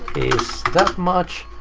is that much,